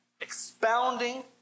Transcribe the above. expounding